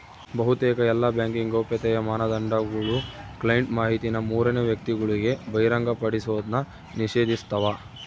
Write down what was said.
ಬಹುತೇಕ ಎಲ್ಲಾ ಬ್ಯಾಂಕಿಂಗ್ ಗೌಪ್ಯತೆಯ ಮಾನದಂಡಗುಳು ಕ್ಲೈಂಟ್ ಮಾಹಿತಿನ ಮೂರನೇ ವ್ಯಕ್ತಿಗುಳಿಗೆ ಬಹಿರಂಗಪಡಿಸೋದ್ನ ನಿಷೇಧಿಸ್ತವ